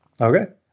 Okay